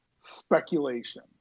speculation